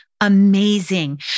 amazing